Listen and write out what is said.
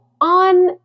on